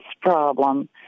problem